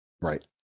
Right